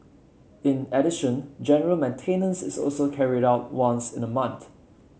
in addition general maintenance is also carried out once in a month